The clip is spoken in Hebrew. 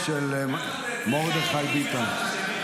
אני אגיד את התוצאות ונתקן את זה.